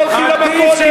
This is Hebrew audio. ועם הסתה לא הולכים למכולת,